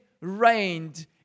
reigned